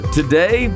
today